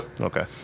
Okay